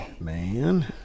man